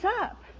up